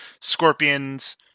Scorpions